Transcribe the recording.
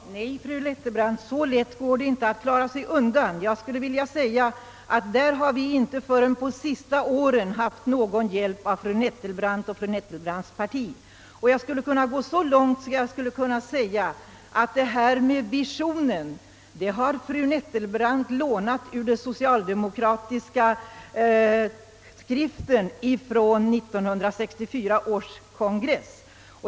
Herr talman! Nej, fru Nettelbrandt, så lätt går det inte att klara sig undan. I fråga om daghemmen har vi inte förrän under de senaste åren fått någon hjälp av fru Nettelbrandt och hennes parti. Och detta med visionen har fru Nettelbrandt lånat ur den socialdemokratiska programskriften från 1964 års kongress.